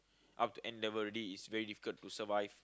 up to N-level already it's very difficult to survive